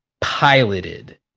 piloted